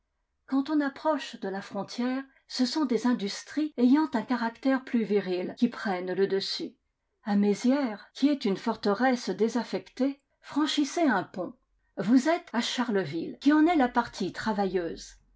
quand on approche de la frontière ce sont des industries ayant un caractère plus viril qui prennent le dessus a mézières qui est une forteresse désaffectée franchissez un pont vous êtes à charleville qui en est la partie travailleuse